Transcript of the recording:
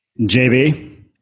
JB